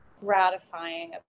gratifying